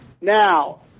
Now